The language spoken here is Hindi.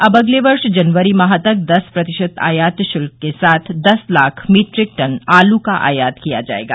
अब अगले वर्ष जनवरी माह तक दस प्रतिशत आयात शुल्क के साथ दस लाख मीट्रिक टन आलू का आयात किया जाएगा